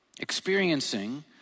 experiencing